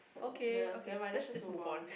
nah never mind let's just move on